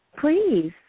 Please